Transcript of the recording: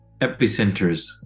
epicenters